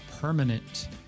permanent